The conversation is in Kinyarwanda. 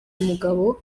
umugabo